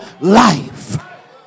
life